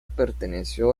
perteneció